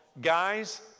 guys